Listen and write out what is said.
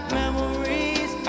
memories